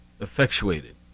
effectuated